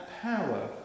power